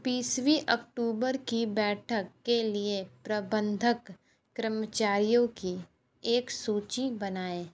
बीसवीं अक्टूबर की बैठक के लिए प्रबंधक कर्मचारियों की एक सूची बनाएँ